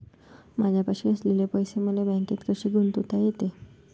मायापाशी असलेले पैसे मले बँकेत कसे गुंतोता येते?